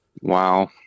wow